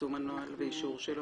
פרסום הנוהל ואישור שלו?